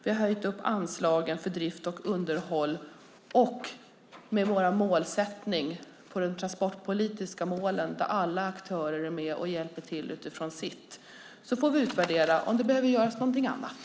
Vi har höjt anslagen för drift och underhåll. Med våra transportpolitiska mål där alla aktörer är med och hjälper till utifrån sitt får vi utvärdera om någonting annat behöver göras.